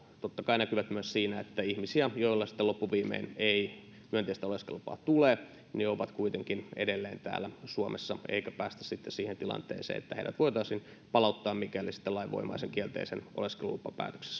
totta kai näkyvät myös siinä että ihmiset joille sitten loppuviimein ei myönteistä oleskelulupaa tule ovat kuitenkin edelleen täällä suomessa eikä päästä siihen tilanteeseen että heidät voitaisiin palauttaa mikäli lainvoimaisen kielteisen oleskelulupapäätöksen